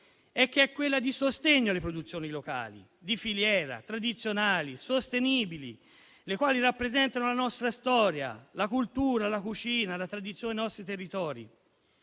è quella di sostegno alle produzioni locali, di filiera, tradizionali e sostenibili, le quali rappresentano la nostra storia, la cultura, la cucina, la tradizione dei nostri territori,